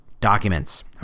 documents